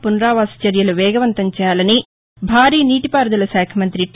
వునరావాన చర్యలు వేగవంతం చేయాలని భారీ నీటి పారుదల శాఖ మంతి టి